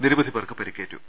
നിരവധി പേർക്ക് പരിക്കേറ്റു